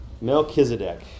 Melchizedek